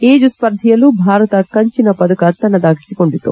ಈಜು ಸ್ಪರ್ಧೆಯಲ್ಲೂ ಭಾರತ ಕಂಚಿನ ಪದಕ ತಮ್ಮದಾಗಿಸಿಕೊಂಡಿತು